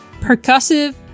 percussive